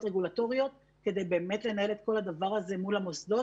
רגולטוריות כדי באמת לנהל את כל הדבר הזה מול המוסדות.